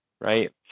Right